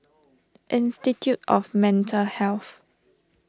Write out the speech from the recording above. Institute of Mental Health